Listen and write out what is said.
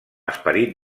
esperit